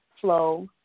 flow